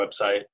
website